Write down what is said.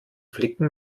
flicken